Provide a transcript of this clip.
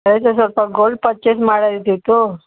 ಸ್ವಲ್ಪ gold purchase ಮಾಡೋದಿದ್ದಿತ್ತು